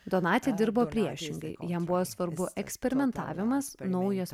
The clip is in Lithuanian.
donati dirbo priešingai jam buvo svarbu eksperimentavimas naujos